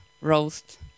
roast